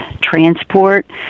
transport